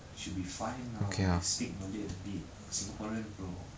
should be fine lah you speak malay a bit singaporean bro